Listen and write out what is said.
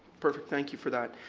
perfect. thank you for that.